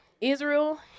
Israel